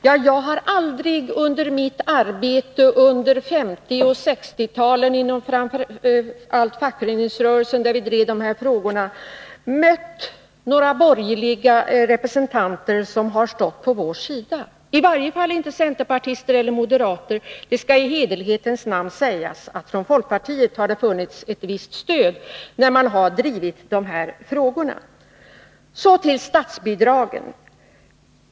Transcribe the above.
Ja, jag har aldrig under mitt arbete på 1950 och 1960-talen inom framför allt fackföreningsrörelsen, där vi drev barnomsorgsfrågorna, mött några borgerliga representanter som har stått på vår sida, i varje fall inte några centerpartister eller moderater. Det skall i hederlighetens namn sägas att man från folkpartiet lämnat visst stöd när vi har drivit dessa frågor. Så till statsbidragen.